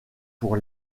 pour